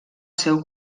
seu